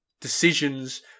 decisions